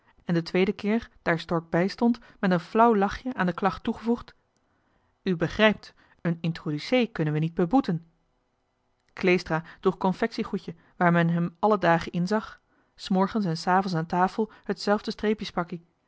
en den tweeden keer daar stork bij stond met een flauw lachje aan de klacht toegevoegd u begrijpt een introducee kunnen we niet beboeten kleestra droeg confectiegoedje waar men hem alle dagen in zag s morgens en s avonds aan tafel hetzelfde streepjespakkie